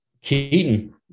Keaton